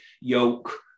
yoke